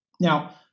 Now